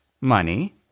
money